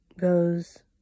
goes